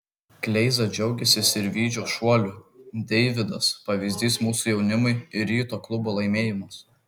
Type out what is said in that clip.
kleiza džiaugiasi sirvydžio šuoliu deividas pavyzdys mūsų jaunimui ir ryto klubo laimėjimas